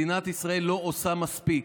מדינת ישראל לא עושה מספיק.